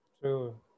True